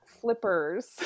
flippers